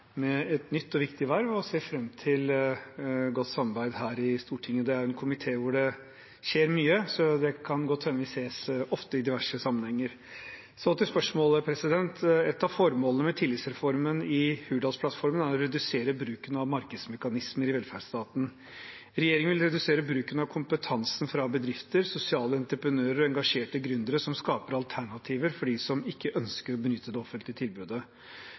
med et nytt og viktig verv. Jeg ser fram til et godt samarbeid her i Stortinget. Dette er en komité hvor det skjer mye, så det kan godt hende at vi kommer til å ses ofte i diverse sammenhenger. Så til spørsmålet: «Et av formålene med tillitsreformen i Hurdalsplattformen er å redusere bruken av markedsmekanismer i velferdsstaten. Regjeringen vil redusere bruken av kompetansen fra bedrifter, sosiale entreprenører og engasjerte gründere som skaper alternativer for de som ikke ønsker å benytte det offentlige tilbudet.